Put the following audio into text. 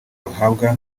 duhabwa